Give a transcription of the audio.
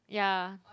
ya